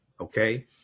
okay